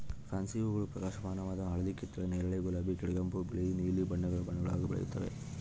fancy ಹೂಗಳು ಪ್ರಕಾಶಮಾನವಾದ ಹಳದಿ ಕಿತ್ತಳೆ ನೇರಳೆ ಗುಲಾಬಿ ಕಡುಗೆಂಪು ಬಿಳಿ ಮತ್ತು ನೀಲಿ ಬಣ್ಣ ಬಣ್ಣಗುಳಾಗ ಬೆಳೆಯುತ್ತವೆ